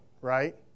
right